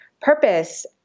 purpose